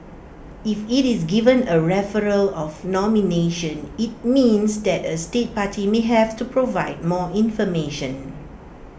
if IT is given A referral of nomination IT means that A state party may have to provide more information